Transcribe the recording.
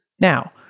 Now